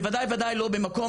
בוודאי וודאי במקום,